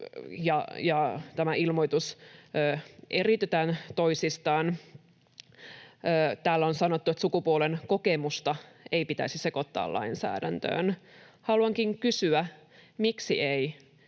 tämä ilmoitus eriytetään toisistaan. Täällä on sanottu, että sukupuolen kokemusta ei pitäisi sekoittaa lainsäädäntöön. Haluankin kysyä: Miksi ei?